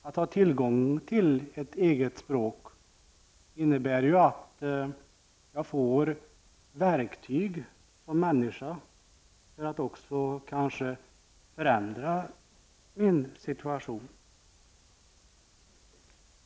Att ha tillgång till ett eget språk innebär ju att jag får verktyg som människa, för att kanske också förändra min situation.